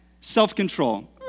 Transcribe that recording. Self-control